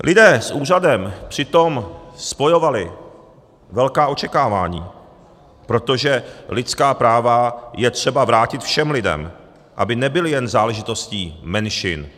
Lidé s úřadem přitom spojovali velká očekávání, protože lidská práva je třeba vrátit všem lidem, aby nebyla jen záležitostí menšin.